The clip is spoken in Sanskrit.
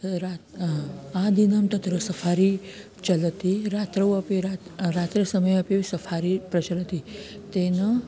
रात्रौ आदिनं तत्र सफ़ारी चलति रात्रौ अपि रात्रौ रात्रिसमये अपि सफ़ारी प्रचलति तेन